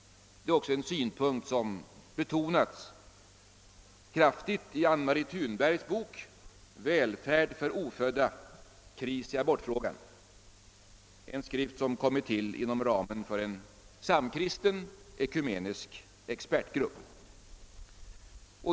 Det är också en synpunkt som betonats kraftigt i Anne Marie Thunbergs bok »Välfärd för ofödda? Kris i abortfrågan», en skrift som kommit till inom ramen för en samkristen ekumenisk expertgrupp.